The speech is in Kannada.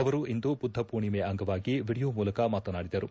ಅವರು ಇಂದು ಬುದ್ಧಪೂರ್ಣಿಮೆಯ ಅಂಗವಾಗಿ ವಿಡಿಯೋ ಮೂಲಕ ಮಾತನಾಡಿದರು